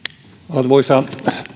arvoisa